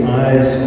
eyes